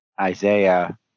Isaiah